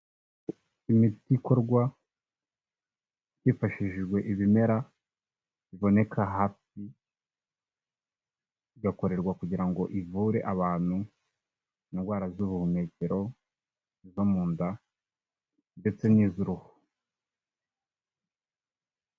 Imiti ikorwa hifashishijwe ibimera biboneka hafi, igakorerwa kugira ngo ivure abantu indwara z'ubuhumekero, izo mu nda ndetse n'iz'uruhu.